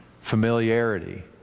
familiarity